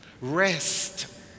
Rest